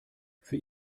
für